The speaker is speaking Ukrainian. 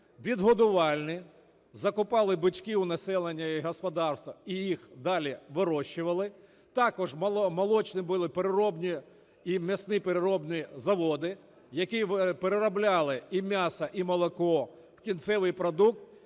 відгодувальні, закупали бички у населення і господарства і їх далі вирощували. Також молочні були, переробні, і м'ясні переробні заводи, які переробляли і м'ясо, і молоко в кінцевий продукт.